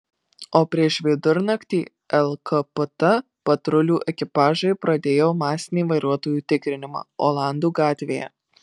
o prieš vidurnaktį lkpt patrulių ekipažai pradėjo masinį vairuotojų tikrinimą olandų gatvėje